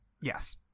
Yes